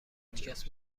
هیچکس